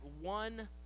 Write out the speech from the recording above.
one